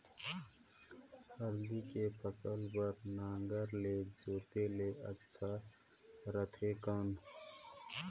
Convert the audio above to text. हल्दी के फसल बार नागर ले जोते ले अच्छा रथे कौन?